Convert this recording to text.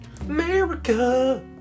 America